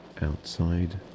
Outside